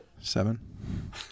Seven